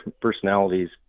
personalities